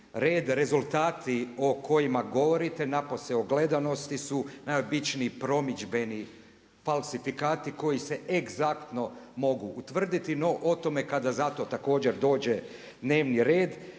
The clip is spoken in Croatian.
red. Rezultati o kojima govorite …/Govornik se ne razumije./… ogledanosti su najobičniji promidžbeni falsifikati koji se egzaktno mogu utvrditi, no o tome kada za to također dođe dnevni red.